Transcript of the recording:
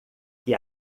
que